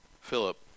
Philip